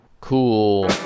Cool